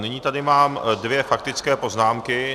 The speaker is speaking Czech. Nyní tady mám dvě faktické poznámky.